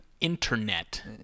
internet